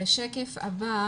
בשקף הבא